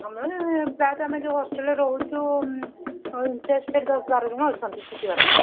ଆମର ପ୍ରାୟତଃ ଆମେ ଯୋଉ ହଷ୍ଟେଲରେ ରହୁଛୁ ଇଣ୍ଚ୍ରେଷ୍ଟେଡ୍ ଦଶ ବାର ଜଣ ଅଛନ୍ତି ଶିଖିବା ପାଇଁ